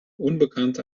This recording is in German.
unbekannte